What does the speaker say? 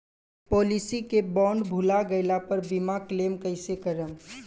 Policy के bond भुला गैला पर बीमा क्लेम कईसे करम?